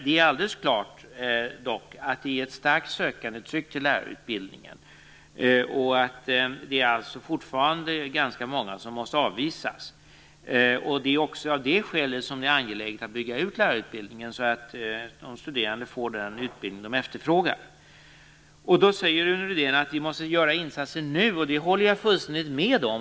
Det är dock alldeles klart att det finns ett starkt sökandetryck till lärarutbildningen, och det är alltså fortfarande ganska många som måste avvisas. Det är också av det skälet som det är angeläget att bygga ut lärarutbildningen så att de studerande får den utbildning de efterfrågar. Rune Rydén säger att vi måste göra insatser nu, och det håller jag fullständigt med om.